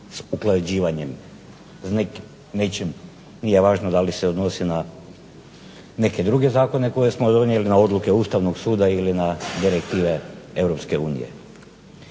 s usklađivanjem, nečim nije važno da li se odnosi na neke druge zakone koje smo donijeli, na odluke Ustavnog suda ili na direktive EU.